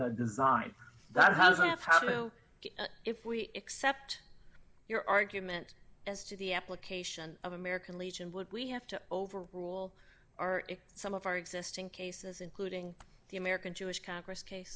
the design that causes how do if we accept your argument as to the application of american legion would we have to overrule our some of our existing cases including the american jewish congress case